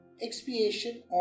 expiation